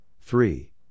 three